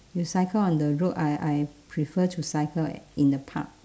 you cycle on the road I I prefer to cycle in the park